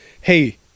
hey